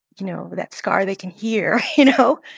you know, that scar they can hear, you know?